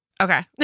Okay